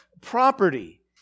property